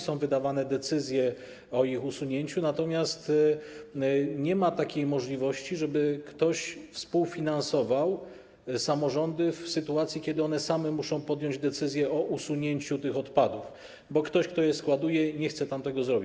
Są wydawane decyzje o ich usunięciu, natomiast nie ma takiej możliwości, żeby ktoś współfinansował samorządy, w sytuacji kiedy one same muszą podjąć decyzję o usunięciu tych odpadów, bo ktoś, kto je składuje, nie chce tego zrobić.